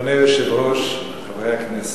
אדוני היושב-ראש, חברי הכנסת,